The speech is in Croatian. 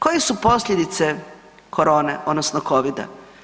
Koje su posljedice korone odnosno Covida?